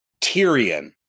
Tyrion